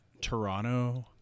Toronto